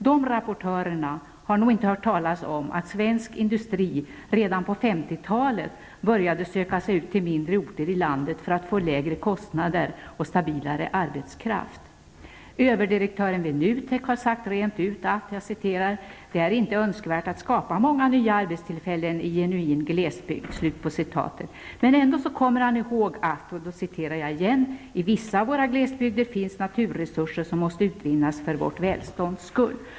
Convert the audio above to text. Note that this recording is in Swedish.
De rapportörerna har nog inte hört talas om att svensk industri redan på 50-talet började söka sig ut till mindre orter i landet för att få lägre kostnader och stabilare arbetskraft. Överdirektören vid NUTEK har sagt rent ut: ''Det är inte önskvärt att skapa många nya arbetstillfällen i genuin glesbygd'', men han kommer ändå ihåg att ''i vissa av våra glesbygder finns naturresurser som måste utvinnas för vårt välstånds skull''.